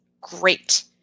great